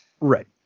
Right